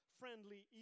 friendly